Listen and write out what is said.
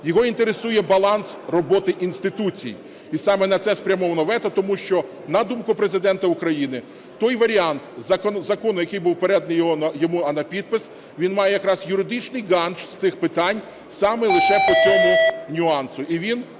Його інтересує баланс роботи інституцій, і саме на це спрямовано вето, тому що, на думку Президента України, той варіант закону, який був переданий йому на підпис, він має якраз юридичний ґандж з цих питань саме лише по цьому нюансу.